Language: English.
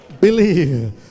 Believe